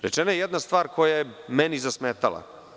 Rečena je jedna stvar koja je meni zasmetala.